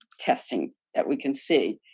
testing that we can see.